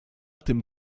tym